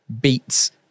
beats